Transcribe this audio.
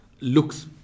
looks